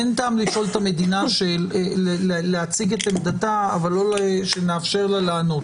אין טעם לשאול את המדינה להציג את עמדתה אבל לא שנאפשר לה לענות.